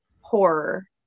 horror